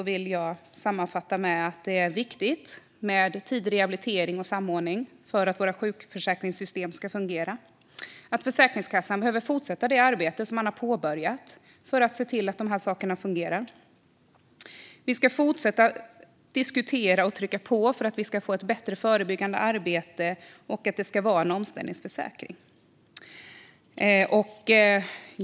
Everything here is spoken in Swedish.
Jag sammanfattar att det är viktigt med tidig rehabilitering och samordning för att våra sjukförsäkringssystem ska fungera. Försäkringskassan behöver fortsätta det arbete som har påbörjats för att se till att dessa saker fungerar. Vi ska fortsätta att diskutera och trycka på för att få ett bättre förebyggande arbete och att sjukersättningen ska vara en omställningsförsäkring.